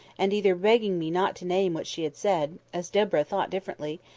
and either begging me not to name what she had said, as deborah thought differently,